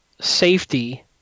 safety